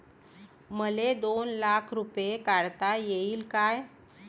मले दोन लाख रूपे काढता येईन काय?